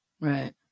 Right